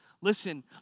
listen